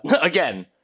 again